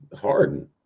Harden